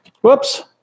Whoops